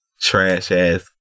Trash-ass